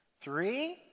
Three